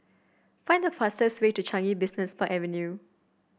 find the fastest way to Changi Business Park Avenue